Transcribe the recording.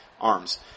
arms